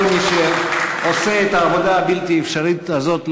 (מחיאות כפיים) וכל מי שעושה את העבודה הבלתי-האפשרית הזאת לאפשרית.